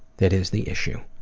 that is the issue.